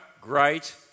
great